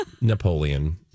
Napoleon